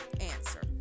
answer